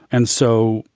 and so,